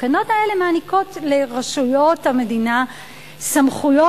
התקנות האלה מעניקות לרשויות המדינה סמכויות,